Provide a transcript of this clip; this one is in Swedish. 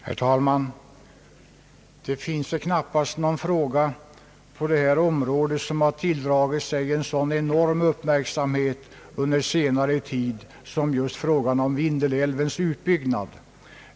Herr talman! Det finns väl knappast någon fråga på detta område som under senare tid tilldragit sig en sådan enorm uppmärksamhet som just frågan om Vindelälvens utbyggnad.